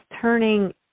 turning